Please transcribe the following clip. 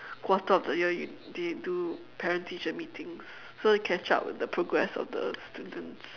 quarter of the year they do parent teacher meeting so they catch up with the progress of the students